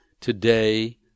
Today